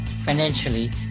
financially